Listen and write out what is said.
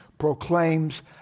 proclaims